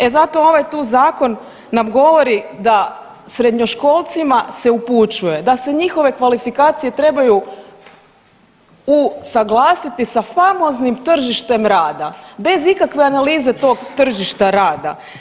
E zato ovaj tu zakon nam govori da srednjoškolcima se upućuje da se njihove kvalifikacije trebaju usuglasiti sa famoznim tržištem rada bez ikakve analize tog tržišta rada.